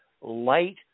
light